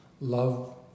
love